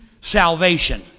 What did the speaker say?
salvation